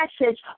message